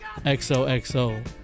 XOXO